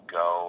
go